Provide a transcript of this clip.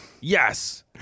Yes